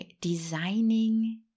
designing